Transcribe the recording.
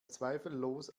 zweifellos